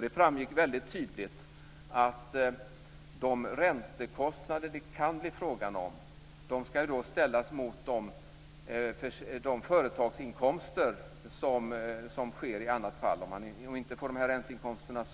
Det framgick väldigt tydligt att de räntekostnader det kan bli frågan om ska ställas mot de företagsinkomster som sker i annat fall. Om man inte får de här ränteinkomsterna,